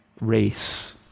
race